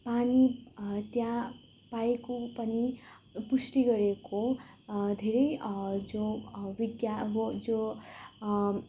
पानी त्यहाँ पाइएको पनि पुष्टि गरिएको धेरै जो विज्ञान अब जो